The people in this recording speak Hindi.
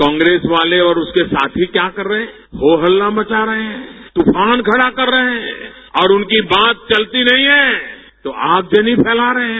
कांग्रेस वाले और उसके साथी क्या कर रहे हैं हो हल्ला मचा रहे हैं तूफान खड़ा कर रहे हैं और उनकी बात चलती नहीं है तो आगजनी फैला रहे हैं